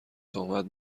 تهمت